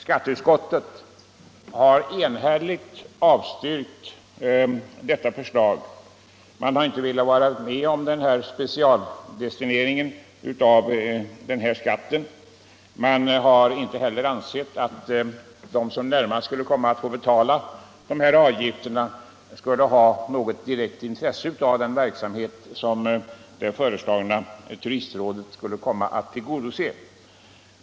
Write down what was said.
Skatteutskottet har enhälligt avstyrkt detta förslag. Man har i utskottet inte velat vara med om en specialdestinering av denna skatt. Utskottet har inte heller ansett att de som närmast skulle komma att få betala dessa avgifter skulle ha något direkt intresse av den verksamhet som det föreslagna turistrådet skulle komma att bedriva.